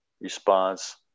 response